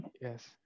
yes